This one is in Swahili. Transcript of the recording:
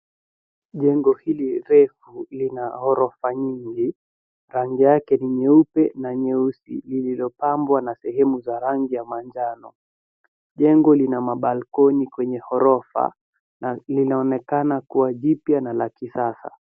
Jengo hili refu lina ghorofa nyingi, kando yake ni nyeupe na nyeusi lilipambwa na sehemu za rangi ya manjao. Jengo lina mabalkoni kwenye ghorofa na linanekana kuwa jipya na la kisasa.